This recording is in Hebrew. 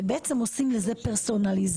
ובעצם עושים לזה פרסונליזציה.